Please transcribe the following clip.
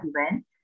event